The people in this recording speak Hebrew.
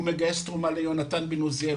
הוא מגייס תרומה ליונתן בן עוזיאל.